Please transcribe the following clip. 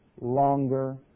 longer